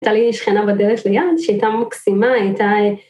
‫הייתה לי שכנה בדלת ליד ‫שהיא הייתה מקסימה, הייתה...